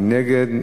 מי נגד?